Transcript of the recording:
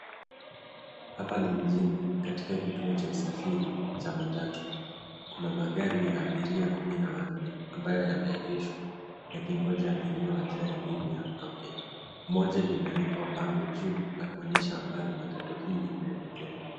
Hapa ni mjini katika kituo cha usafiri cha matatu. Kuna magari ya abiria kumi na wanne, ambayo yameegeshwa, yakingoja abiria wajae ili yaondoke. Moja limewekwa bango juu na kuonyesha ambalo matatu hii inaelekea.